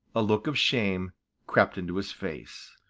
a look of shame crept into his face.